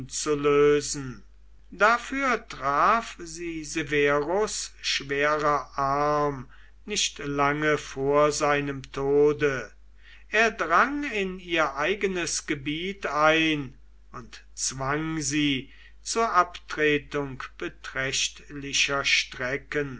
zu lösen dafür traf sie severus schwerer arm nicht lange vor seinem tode er drang in ihr eigenes gebiet ein und zwang sie zur abtretung beträchtlicher